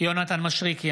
יונתן מישרקי,